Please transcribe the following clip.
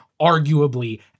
arguably